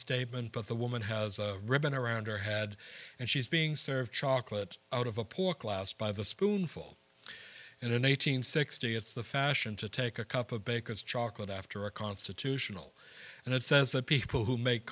statement but the woman has a ribbon around her head and she's being served chocolate out of a poor class by the spoonful in an eight hundred and sixty it's the fashion to take a cup of baker's chocolate after a constitutional and it says that people who make